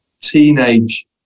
teenage